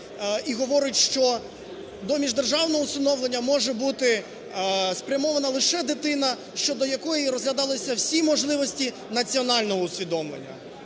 і говорить, що до міждержавного усиновлення може бути спрямована лише дитина, щодо якої розглядалися всі можливості національного усиновлення.